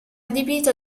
adibito